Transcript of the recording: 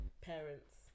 parents